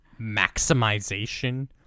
maximization